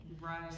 right